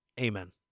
Amen